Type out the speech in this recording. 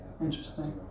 interesting